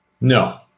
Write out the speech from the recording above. No